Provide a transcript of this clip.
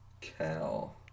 Cal